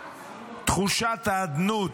תחושת האדנות